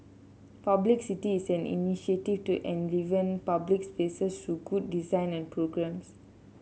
publicity is an initiative to enliven public spaces through good design and programmes